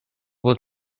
will